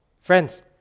Friends